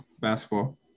basketball